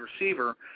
receiver